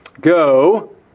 ...go